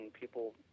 people